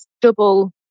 double